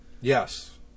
Yes